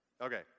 Okay